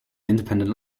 independent